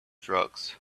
drugs